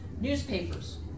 newspapers